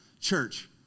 Church